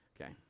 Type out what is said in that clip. Okay